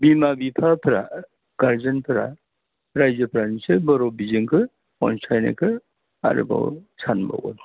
बिमा बिफाफ्रा गार्जेनफोरा रायजोफोरा निस्सय बर' बिजोंखौ अनसायनायखौ आरोबाव सानबावगोन